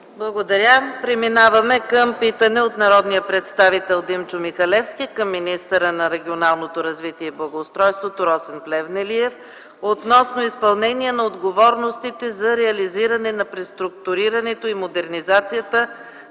Благодаря. Преминаваме към питане от народния представител Димчо Михалевски към министъра на регионалното развитие и благоустройството Росен Плевнелиев относно изпълнение на отговорностите за реализиране на преструктурирането и модернизацията